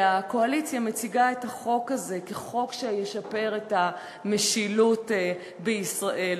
הקואליציה מציגה את החוק הזה כחוק שישפר את המשילות בישראל,